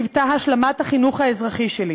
היוותה השלמת החינוך האזרחי שלי.